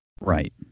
Right